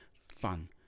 Fun